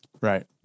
Right